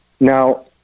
Now